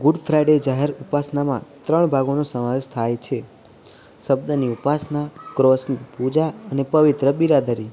good Friday જાહેર ઉપાસનામાં ત્રણ ભાગોનો સમાવેશ થાય છે શબ્દની ઉપાસના ક્રૉસની પૂજા અને પવિત્ર બિરાદરી